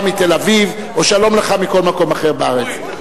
מתל-אביב או: שלום לך מכל מקום אחר בארץ.